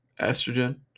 estrogen